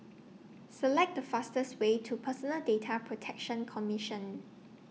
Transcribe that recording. Select The fastest Way to Personal Data Protection Commission